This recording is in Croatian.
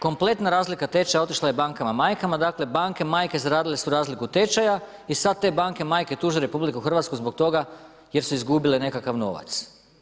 Kompletna razlika tečaja otišla je bankama majkama, dakle, banke majke zaradile su razliku od tečaja i sada te banke majke tuže RH zbog toga jer su izgubile nekakva novac.